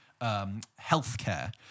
Healthcare